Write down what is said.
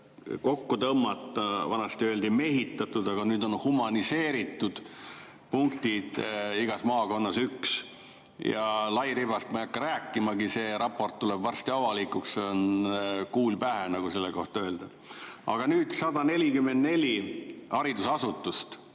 kokku tõmmata, vanasti öeldi "mehitatud", aga nüüd on humaniseeritud punktid, igas maakonnas üks. Lairibast ma ei hakka rääkimagi, see raport tuleb varsti avalikuks, kuul pähe, võiks selle kohta öelda. Aga nüüd: 144 haridusasutust,